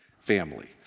family